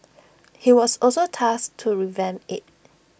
he was also tasked to revamp IT